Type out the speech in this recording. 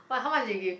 but how much you give